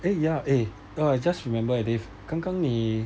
then ya eh no I just remember dave 刚刚你